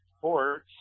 ports